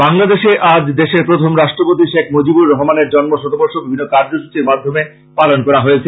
বাংলাদেশে আজ দেশের প্রথম রাষ্ট্রপতি শেখ মুজিবুর রহমানের জন্ম শতবর্ষ বিভিন্ন কার্যসূচীর মাধ্যমে পালন করা হয়েছে